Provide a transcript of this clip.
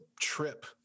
trip